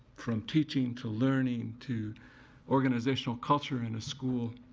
from teaching to learning to organizational culture in a school.